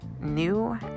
new